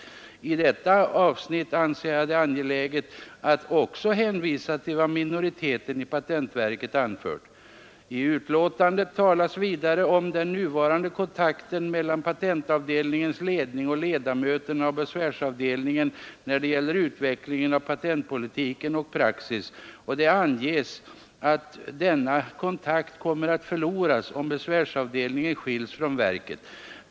I detta avsnitt anser jag det angeläget att också hänvisa till vad minoriteten i patentverket anfört: ”I utlåtandet talas vidare om den nuvarande kontakten mellan patentavdelningens ledning och ledamöterna av besvärsavdelningen när det gäller utvecklingen av patentpolitiken och Praxis och det angives att denna kontakt kommer att förloras om besvärsavdelningen skiljs från verket.